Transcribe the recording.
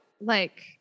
like-